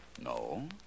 No